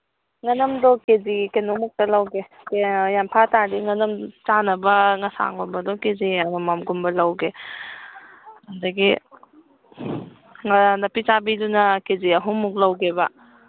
ꯉꯥꯅꯝꯗꯣ K G ꯀꯩꯅꯣꯃꯨꯛꯇꯪ ꯂꯧꯒꯦ ꯌꯥꯝ ꯐꯥ ꯇꯥꯔꯗꯤ ꯉꯥꯅꯝ ꯆꯥꯅꯕ ꯉꯁꯥꯡꯒꯨꯝꯕꯗꯣ ꯀꯦ ꯖꯤ ꯑꯃꯃꯝꯒꯨꯝꯕ ꯂꯧꯒꯦ ꯑꯗꯒꯤ ꯅꯥꯄꯤ ꯆꯥꯕꯤꯗꯨꯅ ꯀꯦ ꯖꯤ ꯑꯍꯨꯝꯃꯨꯛ ꯂꯧꯒꯦꯕ